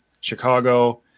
Chicago